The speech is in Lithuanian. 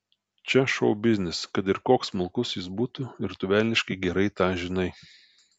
čia šou biznis kad ir koks smulkus jis būtų ir tu velniškai gerai tą žinai